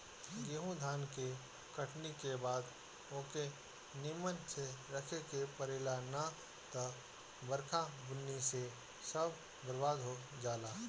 गेंहू धान के कटनी के बाद ओके निमन से रखे के पड़ेला ना त बरखा बुन्नी से सब बरबाद हो जाला